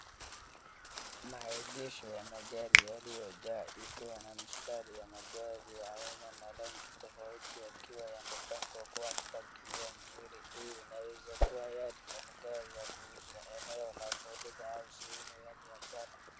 Maegesho ya magari yaliyojaa ikiwa na mstari ya magari ya aina a na rangi tofauti tofauti yakiwa yamepangwa kwa mpangilio mzuri. Hii inaweza kuwa yadi ya magari ya kuuzwa eneo la furdha au sehemu ya biashara.